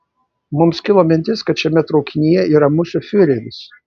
mums kilo mintis kad šiame traukinyje yra mūsų fiureris